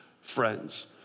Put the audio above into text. friends